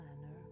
manner